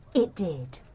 it did?